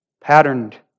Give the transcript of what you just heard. patterned